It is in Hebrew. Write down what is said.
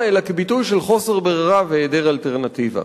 אלא כביטוי של חוסר ברירה והיעדר אלטרנטיבה.